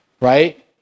right